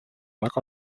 väga